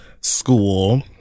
school